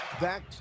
back